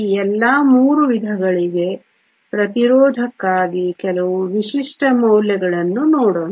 ಈ ಎಲ್ಲಾ ಮೂರು ವಿಧಗಳಿಗೆ ಪ್ರತಿರೋಧಕ್ಕಾಗಿ ಕೆಲವು ವಿಶಿಷ್ಟ ಮೌಲ್ಯಗಳನ್ನು ನೋಡೋಣ